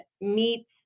meat